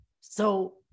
So-